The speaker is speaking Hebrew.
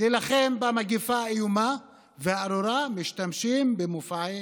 להילחם במגפה האיומה והארורה משתמשים במופע אימה.